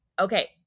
okay